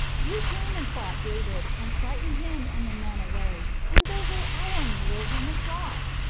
you came and fought david, and frightened him and the men away, and those are our mules and the cloth.